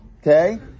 Okay